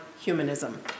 humanism